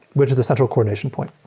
which is the central coordination point.